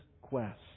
quest